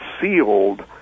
sealed